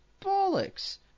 bollocks